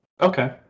okay